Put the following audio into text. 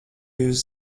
jūs